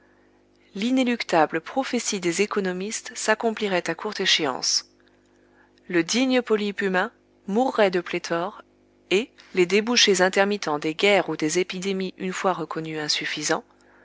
l'inéluctable prophétie des économistes s'accomplirait à courte échéance le digne polype humain mourrait de pléthore et les débouchés intermittents des guerres ou des épidémies une fois reconnus insuffisants